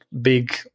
big